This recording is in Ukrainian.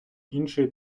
іншої